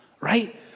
right